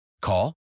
Call